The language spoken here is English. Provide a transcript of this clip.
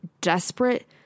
desperate